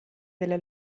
della